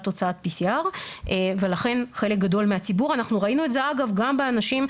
תוצאת PCR. אנחנו ראינו את זה אגב גם באנשים,